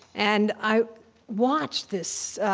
and i watched this.